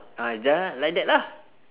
ah jangan like that lah